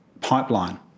pipeline